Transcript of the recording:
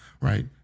right